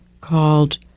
called